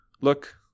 look